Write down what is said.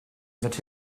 that